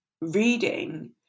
reading